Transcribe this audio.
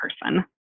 person